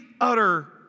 utter